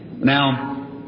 now